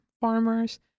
farmers